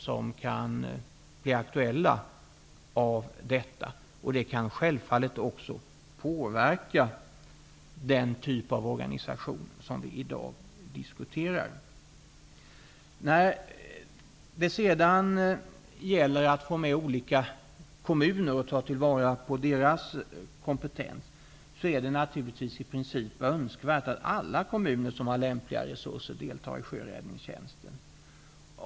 Slutsatserna kan självfallet påverka den typ av organisation som vi i dag diskuterar. För att kunna ta till vara kompetensen som finns i olika kommuner är det naturligtvis önskvärt att i princip alla kommuner som har lämpliga resurser deltar i sjöräddningstjänsten.